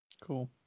Cool